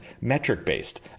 metric-based